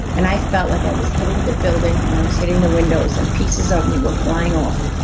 and i felt like i was hitting the building and i was hitting the windows, and pieces of me were flying off,